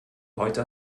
heute